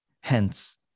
Hence